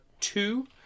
two